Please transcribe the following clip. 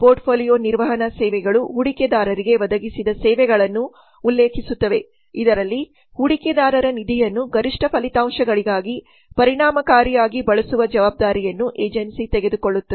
portfolio ನಿರ್ವಹಣಾ ಸೇವೆಗಳು ಹೂಡಿಕೆದಾರರಿಗೆ ಒದಗಿಸಿದ ಸೇವೆಗಳನ್ನು ಉಲ್ಲೇಖಿಸುತ್ತವೆ ಇದರಲ್ಲಿ ಹೂಡಿಕೆದಾರರ ನಿಧಿಯನ್ನು ಗರಿಷ್ಠ ಫಲಿತಾಂಶಗಳಿಗಾಗಿ ಪರಿಣಾಮಕಾರಿಯಾಗಿ ಬಳಸುವ ಜವಾಬ್ದಾರಿಯನ್ನು ಏಜೆನ್ಸಿ ತೆಗೆದುಕೊಳ್ಳುತ್ತದೆ